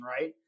right